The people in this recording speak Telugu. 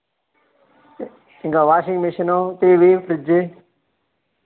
ఇంకా వాషింగ్ మిషను టీవీ ఫ్రిడ్జి